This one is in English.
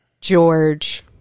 George